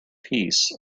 piece